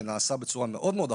שנעשה בצורה מאוד מאוד אחראית,